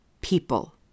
people